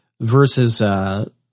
Versus